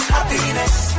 Happiness